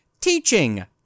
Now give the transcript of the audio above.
teaching